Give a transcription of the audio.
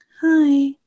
hi